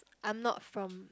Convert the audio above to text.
I'm not from